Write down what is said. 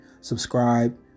subscribe